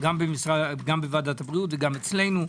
גם בוועדת הבריאות וגם אצלנו?